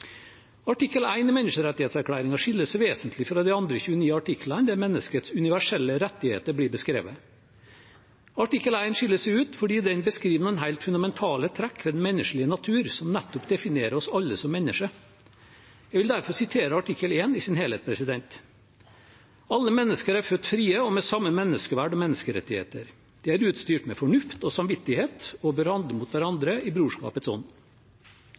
Artikkel 1 i menneskerettighetserklæringen skiller seg vesentlig fra de andre 29 artiklene der menneskets universelle rettigheter blir beskrevet. Artikkel 1 skiller seg ut fordi den beskriver noen helt fundamentale trekk ved den menneskelige natur som nettopp definerer oss alle som mennesker. Jeg vil derfor sitere artikkel 1 i sin helhet: «Alle mennesker er født frie og med samme menneskeverd og menneskerettigheter. De er utstyrt med fornuft og samvittighet og bør handle mot hverandre i brorskapets ånd.»